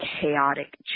chaotic